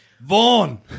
Vaughn